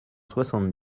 soixante